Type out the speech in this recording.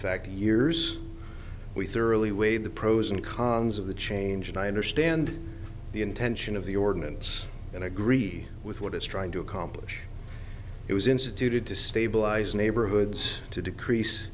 fact years we thoroughly weigh the pros and cons of the change and i understand the intention of the ordinance and i agree with what it's trying to accomplish it was instituted to stabilize neighborhoods to decrease